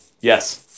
Yes